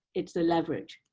it's the leverage.